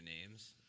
names